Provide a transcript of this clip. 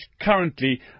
currently